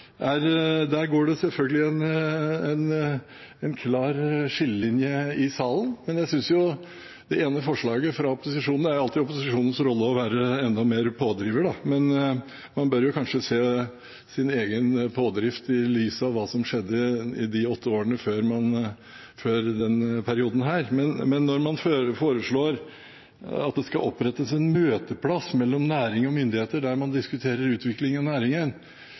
går det selvfølgelig en klar skillelinje i salen. Det er jo alltid opposisjonens rolle å være enda mer pådriver, men man bør kanskje se sin egen pådrift i lys av hva som skjedde i de åtte årene før denne perioden – men når man foreslår at det skal opprettes en møteplass mellom næring og myndigheter der man diskuterer utvikling av næringen,